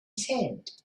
sand